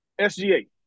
SGA